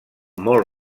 molt